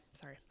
sorry